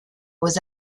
aux